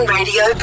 Radio